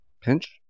Pinch